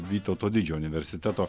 vytauto didžiojo universiteto